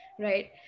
right